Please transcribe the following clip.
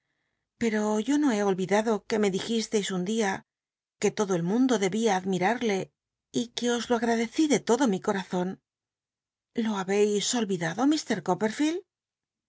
o yo no he oll'idado c ue me dijisteis un dia que per todo el mundo debia admira le y que os lo agradccí ele lodo mi cora on lo habcis olvidad